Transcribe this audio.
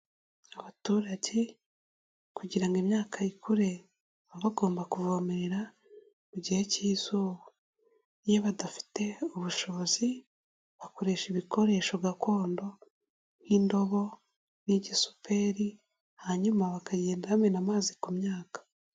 Abaturage kugira ngo imyaka ikure baba bagomba kuvomerera mu gihe cy'izuba, iyo badafite ubushobozi bakoresha ibikoresho gakondo nk'indobo n'igisuperi hanyuma bakagenda bamena amazi ku myaka.